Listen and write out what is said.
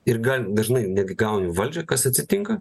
ir gan dažnai netgi gauni valdžią kas atsitinka